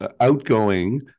outgoing